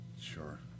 Sure